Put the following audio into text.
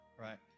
Right